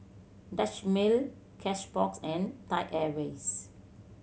Dutch Mill Cashbox and Thai Airways